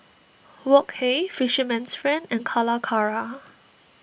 Wok Hey Fisherman's Friend and Calacara